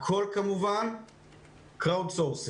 הכול, כמובן, Crowdsourcing